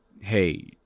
Hey